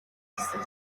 гэсэн